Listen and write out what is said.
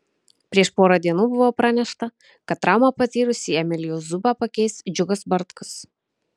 prieš porą dienų buvo pranešta kad traumą patyrusį emilijų zubą pakeis džiugas bartkus